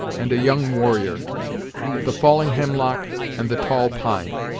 and a young warrior the falling hemlock and the tall pine.